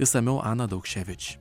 išsamiau ana daukševič